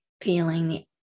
Feeling